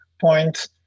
point